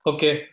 Okay